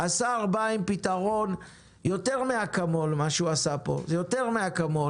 השר בא עם פתרון, מה שהוא עשה פה הוא יותר מאקמול.